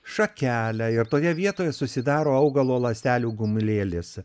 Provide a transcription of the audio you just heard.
šakelę ir toje vietoje susidaro augalo ląstelių gumulėlis